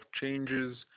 changes